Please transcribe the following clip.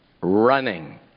running